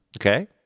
Okay